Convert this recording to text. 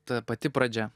ta pati pradžia